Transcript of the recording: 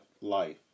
life